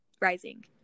rising